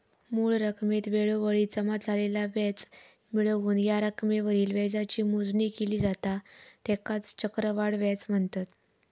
मूळ रकमेत वेळोवेळी जमा झालेला व्याज मिळवून या रकमेवरील व्याजाची मोजणी केली जाता त्येकाच चक्रवाढ व्याज म्हनतत